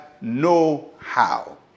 know-how